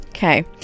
Okay